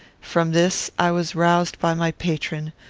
from this i was roused by my patron,